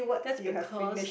that's because